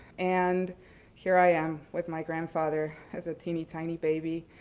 and here i am with my grandfather as a teeny tiny baby.